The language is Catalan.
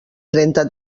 trenta